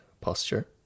posture